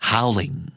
Howling